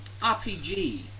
RPG